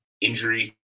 injury